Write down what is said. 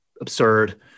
absurd